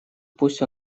пусть